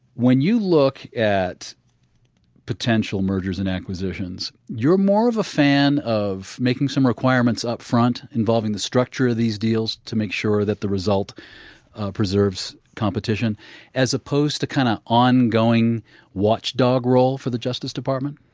when you look at potential mergers and acquisitions, you're more of a fan of making some requirements up front involving the structure of these deals to make sure that the result preserves competition as opposed to an kind of ongoing watchdog role for the justice department?